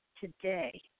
today